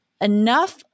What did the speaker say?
enough